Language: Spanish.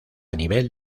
nivel